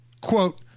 quote